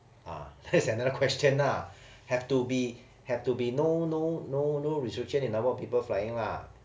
ah that's another question lah have to be have to be no no no no restriction in number of people flying lah